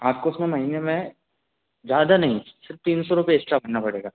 आपको उसमें महीने में ज़्यादा नहीं सिर्फ तीन सौ रुपए एक्स्ट्रा भरना पड़ेगा